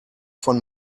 von